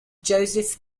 joseph